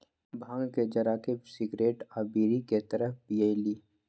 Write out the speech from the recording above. भांग के जरा के सिगरेट आ बीड़ी के तरह पिअईली